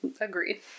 Agreed